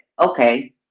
okay